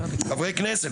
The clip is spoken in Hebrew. חברי כנסת,